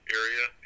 area